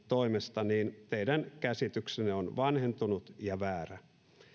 toimesta niin teidän käsityksenne on vanhentunut ja väärä